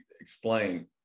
explain